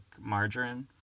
margarine